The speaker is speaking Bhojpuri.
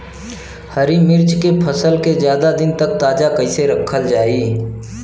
हरि मिर्च के फसल के ज्यादा दिन तक ताजा कइसे रखल जाई?